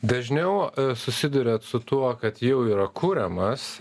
dažniau e susiduriat su tuo kad jau yra kuriamas